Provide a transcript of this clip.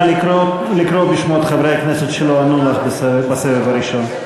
נא לקרוא בשמות חברי הכנסת שלא ענו לך בסבב הראשון.